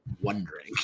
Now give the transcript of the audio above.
wondering